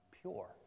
pure